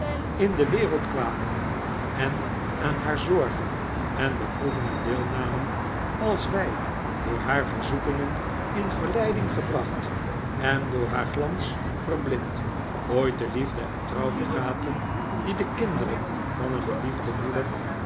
in de wereld kwamen en aan haar zorgen en beproevingen deelnamen als wij door haar verzoekingen in verleiding gebracht en door haar glans verblind ooit de liefde en trouw vergaten die de kinderen van een geliefde moeder